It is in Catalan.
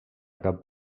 cap